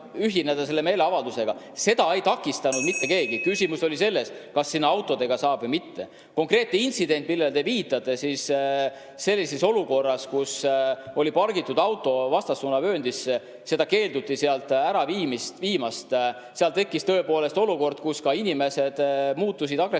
ühineda selle meeleavaldusega. Seda ei takistanud mitte keegi. Küsimus oli selles, kas sinna autodega saab või mitte. Konkreetne intsident, millele te viitate – sellises olukorras, kus oli pargitud auto vastassuunavööndisse ja seda keelduti sealt ära viimast, seal tekkis tõepoolest olukord, kus inimesed muutusid agressiivsemaks